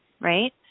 Right